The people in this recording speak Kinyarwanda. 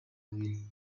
babiri